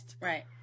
Right